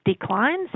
declines